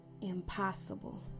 impossible